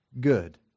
good